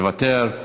מוותר,